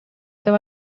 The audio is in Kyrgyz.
деп